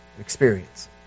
experience